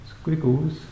squiggles